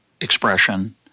expression